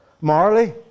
morally